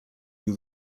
who